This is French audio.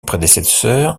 prédécesseur